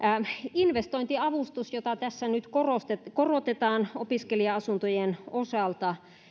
investointiavustus jota tässä nyt korotetaan opiskelija asuntojen osalta